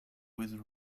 with